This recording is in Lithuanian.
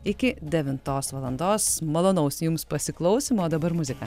iki devintos valandos malonaus jums pasiklausymo o dabar muzika